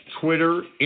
Twitter